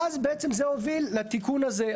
ואז בעצם זה הוביל לתיקון הזה.